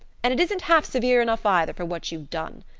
and it isn't half severe enough either for what you've done!